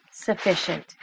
sufficient